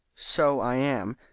so i am.